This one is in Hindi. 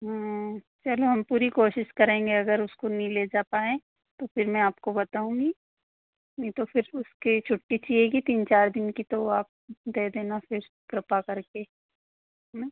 चलो हम पूरी कोशिश करेंगे अगर उसको नहीं ले जा पाएँ तो फ़िर मैं आपको बताऊँगी नहीं तो फ़िर उसको छुट्टी चहिएगी तीन चार दिन की तो आप दे देना फ़िर कृपा कर के